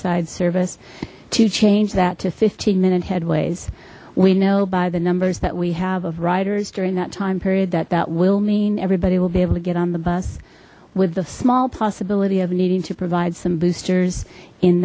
side service to change that to fifteen minute headways we know by the numbers that we have of riders during that time period that that will mean everybody will be able to get on the bus with the small possibility of needing to provide some boosters in